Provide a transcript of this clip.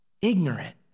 ignorant